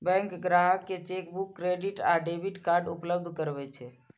bank ग्राहक कें chequebook, credit आ डेबिट कार्ड उपलब्ध करबै छै